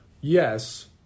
Yes